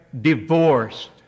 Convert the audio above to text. divorced